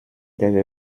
der